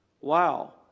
Wow